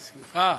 בשמחה.